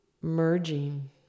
merging